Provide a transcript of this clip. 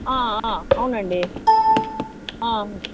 అవును అండి అవును